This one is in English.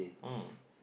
mm